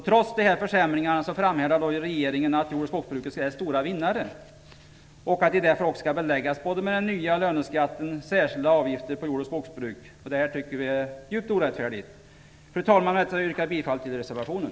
Trots dessa försämringar framhärdar regeringen i att jord och skogsbruket är stora vinnare och att de därför skall beläggas både med den nya löneskatten och med särskilda avgifter på jord och skogsbruket. Detta tycker vi är djupt orättfärdigt. Fru talman! Med det anförda yrkar jag bifall till reservationen.